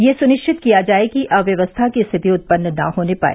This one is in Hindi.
यह सुनिश्चित किया जाये कि अव्यवस्था की स्थिति उत्पन्न न होने पाए